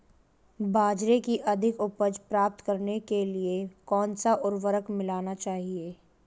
बाजरे की अधिक उपज प्राप्त करने के लिए कौनसा उर्वरक मिलाना चाहिए?